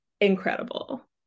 Incredible